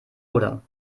oder